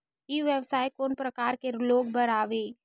ई व्यवसाय कोन प्रकार के लोग बर आवे?